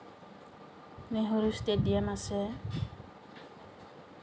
Nehru stadium আছে